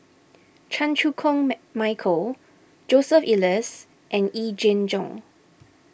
Chan Chew Koon Michael Joseph Elias and Yee Jenn Jong